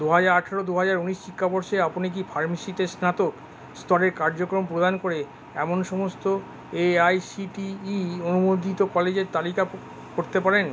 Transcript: দু হাজার আঠেরো দু হাজার উনিশ শিক্ষাবর্ষে আপনি কি ফার্মেসিতে স্নাতক স্তরের কার্যক্রম প্রদান করে এমন সমস্ত A I C T E অনুমোদিত কলেজের তালিকা করতে পারেন